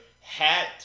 Hat